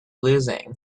losing